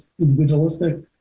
individualistic